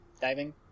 diving